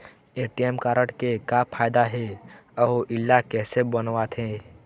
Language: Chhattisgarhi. ए.टी.एम कारड के का फायदा हे अऊ इला कैसे बनवाथे?